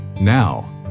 Now